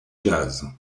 jazz